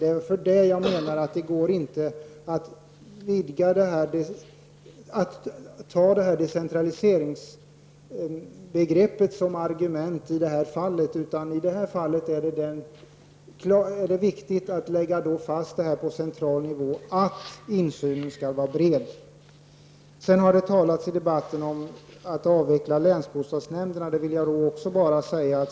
Det är därför jag menar att det inte går att använda decentraliseringsbegreppet som argument i detta fall. Här är det viktigt att lägga fast på central nivå att insynen skall vara bred. Det har i debatten talats om att avveckla länsbostadsnämnderna.